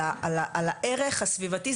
על הערך הסביבתי,